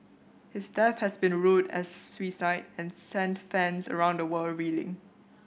his death has been ruled a suicide and sent fans around the world reeling